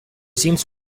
seems